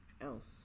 else